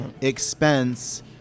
expense